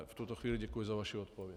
V tuto chvíli děkuji za vaši odpověď.